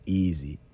easy